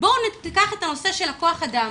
בואו ניקח את הנושא של כוח האדם,